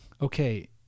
okay